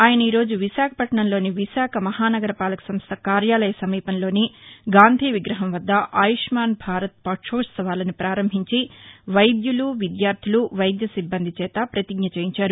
ఆయన ఈ రోజు విశాఖపట్టణం లోని విశాఖ మహా నగర పాలక సంస్ల కార్యాలయ సమీపంలోని గాంధీ విగ్రహం వద్ద ఆయుష్మాన్ భారత్ పక్షోత్సవాలను ప్రారంభించి వైద్యులు విద్యార్దులు వైద్య సిబ్బంది చేత ప్రతిజ్ఞ చేయించారు